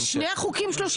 על שני החוקים 33?